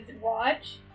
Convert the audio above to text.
watch